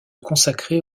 consacrer